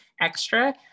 extra